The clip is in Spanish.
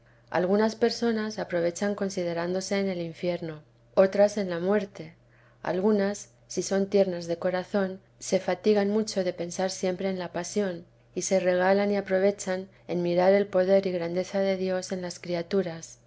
se afligen en pensar en el infierno otras en la muerte algunas si son tiernas de corazón se fatigan mucho de pensar siempre en la pasión y se regalan y aprovechan en mirar el poder y grandeza de dios en las criaturas